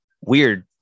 weird